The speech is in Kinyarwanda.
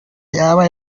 yaba